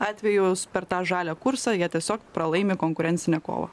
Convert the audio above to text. atveju per tą žalią kursą jie tiesiog pralaimi konkurencinę kovą